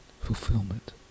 fulfillment